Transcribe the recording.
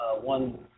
one